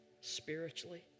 spiritually